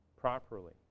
properly